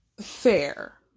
Fair